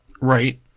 Right